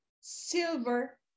silver